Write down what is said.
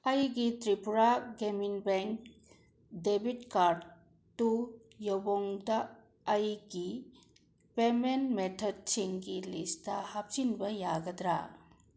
ꯑꯩꯒꯤ Tripura Gramin bank debit ꯀꯥꯔꯗꯇꯨ ꯌꯧꯕꯣꯡꯗ ꯑꯩꯒꯤ ꯄꯦꯃꯦꯟ ꯃꯦꯊꯠꯁꯤꯡꯒꯤ ꯂꯤꯁꯇ ꯍꯥꯞꯆꯤꯟꯕ ꯌꯥꯒꯗ꯭ꯔꯥ